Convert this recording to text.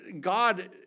God